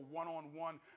one-on-one